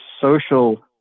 social